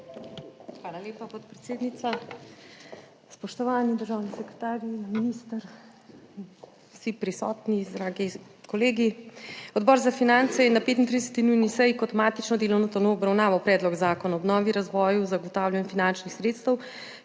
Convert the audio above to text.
Hvala lepa, podpredsednica. Spoštovani državni sekretar, minister, vsi prisotni, dragi kolegi! Odbor za finance je na 35. nujni seji kot matično delovno telo obravnaval Predlog zakona o obnovi, razvoju in zagotavljanju finančnih sredstev,